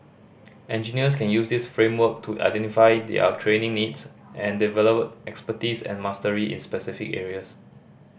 engineers can use this framework to identify their training needs and develop expertise and mastery in specific areas